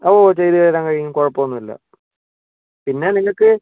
ഓ ചെയ്തു തരാൻ കഴിയും കുഴപ്പമൊന്നുമില്ല പിന്നെ നിങ്ങൾക്ക്